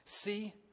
See